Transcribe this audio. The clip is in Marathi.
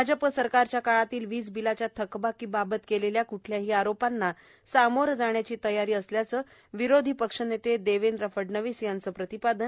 भाजप सरकारच्या काळातील वीज बिलाच्या थकबाकी बाबत केलेल्या क्ठल्याही आरोपांना सामोरं जाण्याची तयारी असल्याच विरोधी पक्षनेते देवेंद्र फडणवीस यांची प्रतिपादन